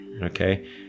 Okay